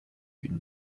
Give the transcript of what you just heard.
une